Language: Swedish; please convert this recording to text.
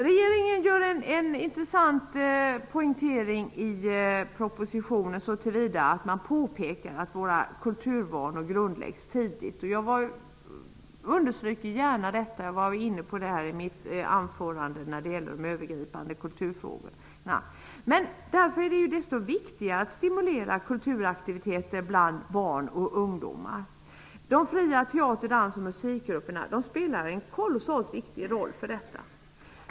Regeringen gör en intressant poängtering i propositionen så tillvida att den påpekar att våra kulturvanor grundläggs tidigt. Jag understryker gärna detta. Jag berörde det i mitt anförande när det gällde de övergripande kulturfrågorna. Därför är det desto viktigare att stimulera kulturaktiviteter bland barn och ungdomar. De fria teater-, dans-, och musikgrupperna spelar en kolossalt viktig roll i detta.